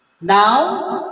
Now